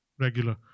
regular